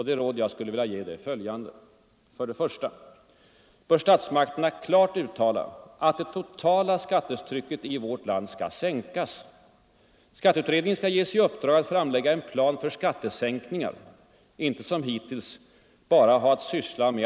De råd jag skulle vilja ge är följande: För det första bör statsmakterna klart uttala, att det totala skattetrycket Onsdagen den 6 november 1974 att omfördela skattebördorna. I sista hand blir det alltid medborgarna som får betala dessa omfördelningar. i vårt land skall sänkas.